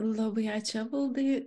labai ačiū evaldai